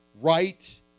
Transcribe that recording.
right